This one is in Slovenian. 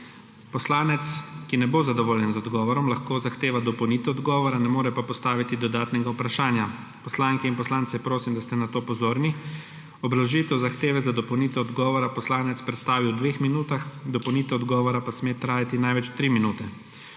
Poslanec, ki ne bo zadovoljen z odgovorom, lahko zahteva dopolnitev odgovora, ne more pa postaviti dodatnega vprašanja. Poslanke in poslance prosim, da ste na to pozorni. Obrazložitev zahteve za dopolnitev odgovora poslanec predstavi v dveh minutah, dopolnitev odgovora pa sme trajati največ 3 minute.